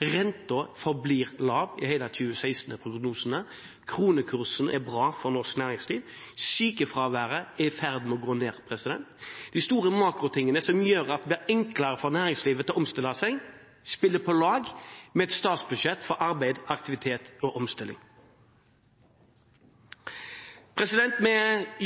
renten forblir lav i hele 2016, kronekursen er bra for norsk næringsliv, og sykefraværet er i ferd med å gå ned. Makroforholdene som gjør at det er enklere for næringslivet å omstille seg, spiller på lag med et statsbudsjett for arbeid, aktivitet og omstilling. Vi